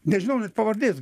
nežinau net pavardės